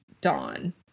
Dawn